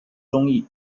争议